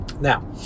Now